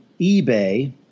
eBay